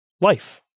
life